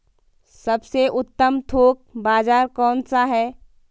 सबसे उत्तम थोक बाज़ार कौन सा है?